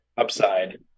upside